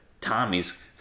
Tommy's